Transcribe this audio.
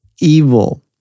evil